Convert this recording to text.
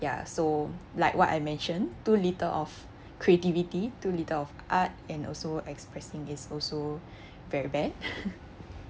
ya so like what I mentioned too little of creativity too little of art and also expressing is also very bad